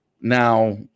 Now